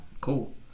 Cool